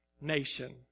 nation